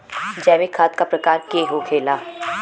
जैविक खाद का प्रकार के होखे ला?